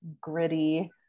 gritty